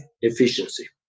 efficiency